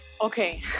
Okay